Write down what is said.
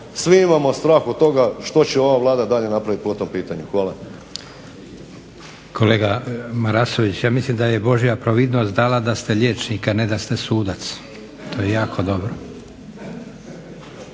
svi imamo strah od toga što će ova vlada dalje napraviti po tom pitanju. Hvala. **Leko, Josip (SDP)** Kolega Marasović, ja mislim da Božja providnost dala da ste liječnik, a ne da ste sudac. To je jako dobro.